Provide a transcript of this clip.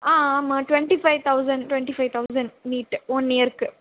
ஆ ஆமாம் twenty five thousand twenty five thousand need one இயருக்கு